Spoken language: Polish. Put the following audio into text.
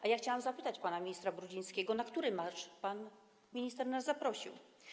A ja chciałam zapytać pana ministra Brudzińskiego, na który marsz pan minister nas zaprosił.